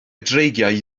dreigiau